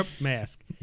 mask